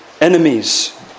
enemies